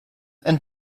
and